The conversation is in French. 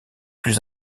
plus